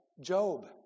Job